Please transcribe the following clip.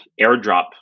airdrop